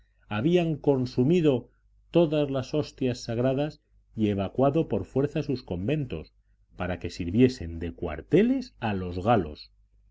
habían consumido todas las hostias sagradas y evacuado por fuerza sus conventos para que sirviesen de cuarteles a los galos